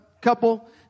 couple